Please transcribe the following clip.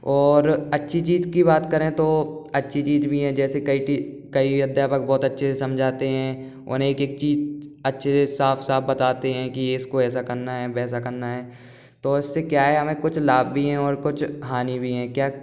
और अच्छी चीज की बात करें तो अच्छी चीज भी हैं जैसे कई कई अध्यापक बहुत अच्छे से समझाते हैं और एक एक चीज अच्छे से साफ साफ बताते हैं कि इसको ऐसा करना है वैसा करना है तो इससे क्या है हमें कुछ लाभ भी हैं और कुछ हानि भी हैं क्या